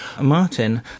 Martin